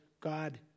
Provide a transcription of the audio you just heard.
God